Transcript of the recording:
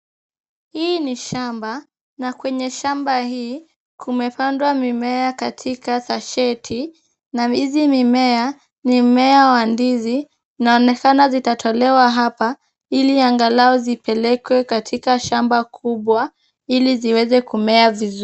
Hii ni shamba, na kwenye shamba hii, kumepandwa mimea katika sasheti, na hizi mimea, ni mmea wa ndizi. Inaonekana zitatolewa hapa ili angalau zipelekwe katika shamba kubwa ili ziweze kumea vizuri.